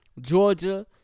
Georgia